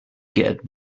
get